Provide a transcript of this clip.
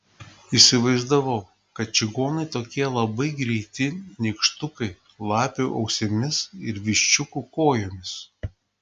įsivaizdavau kad čigonai tokie labai greiti nykštukai lapių ausimis ir viščiukų kojomis